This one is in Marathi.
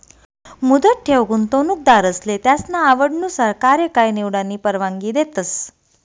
मुदत ठेव गुंतवणूकदारसले त्यासना आवडनुसार कार्यकाय निवडानी परवानगी देतस